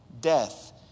death